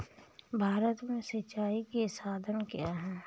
भारत में सिंचाई के साधन क्या है?